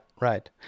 right